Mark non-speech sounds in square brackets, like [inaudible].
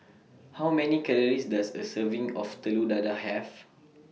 [noise] How Many Calories Does A Serving [noise] of Telur Dadah Have